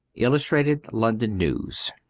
illustrated london news.